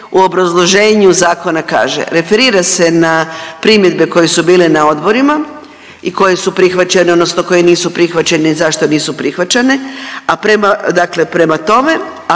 u obrazloženju zakona kaže? Referira se na primjedbe koje su bile na odborima i koje su prihvaćene odnosno koje nisu prihvaćene i zašto nisu prihvaćene, a prema,